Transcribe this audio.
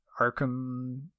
arkham